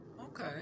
Okay